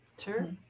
Sure